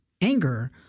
anger